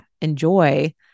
enjoy